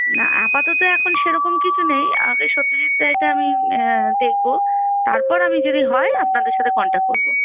না আপাতত এখন সেরকম কিছু নেই আগে সত্যজিৎ রায়েরটা আমি দেখবো তারপর আমি যদি হয় আপনাদের সাথে কন্ট্যাক্ট করবো